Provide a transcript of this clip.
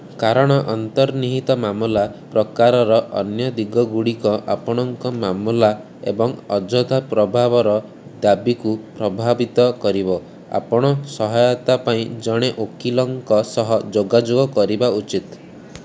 କାରଣ ଅନ୍ତର୍ନିହିତ ମାମଲା ପ୍ରକାରର ଅନ୍ୟ ଦିଗଗୁଡ଼ିକ ଆପଣଙ୍କ ମାମଲା ଏବଂ ଅଯଥା ପ୍ରଭାବର ଦାବିକୁ ପ୍ରଭାବିତ କରିବ ଆପଣ ସହାୟତା ପାଇଁ ଜଣେ ଓକିଲଙ୍କ ସହ ଯୋଗାଯୋଗ କରିବା ଉଚିତ୍